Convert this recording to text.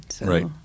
Right